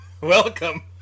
Welcome